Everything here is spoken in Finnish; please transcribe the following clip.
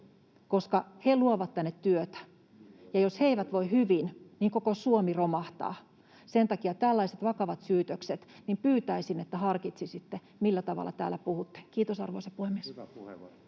koska he luovat tänne työtä, ja jos he eivät voi hyvin, niin koko Suomi romahtaa. Sen takia tällaisten vakavien syytösten osalta pyytäisin, että harkitsisitte, millä tavalla täällä puhutte. — Kiitos, arvoisa puhemies.